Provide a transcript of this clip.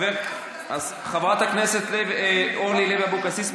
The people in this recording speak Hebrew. חברת הכנסת אורלי לוי אבקסיס,